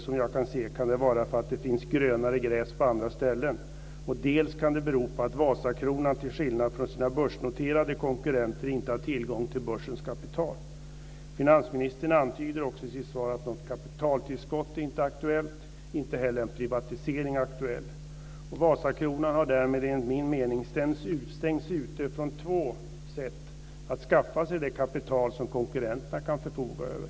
Som jag kan se beror det dels på att det finns grönare gräs på andra ställen, dels på att Vasakronan till skillnad från sina börsnoterade konkurrenter inte har tillgång till börsens kapital. Finansministern antyder också i sitt svar att något kapitaltillskott inte är aktuellt, och inte heller en privatisering är aktuell. Vasakronan har därmed enligt min mening stängts ute från två sätt att skaffa sig det kapital som konkurrenterna kan förfoga över.